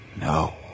no